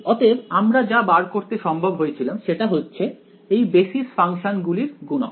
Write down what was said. অতএব আমরা যা বার করতে সম্ভব হয়েছিলাম সেটা হচ্ছে এই বেসিস ফাংশন গুলির গুণক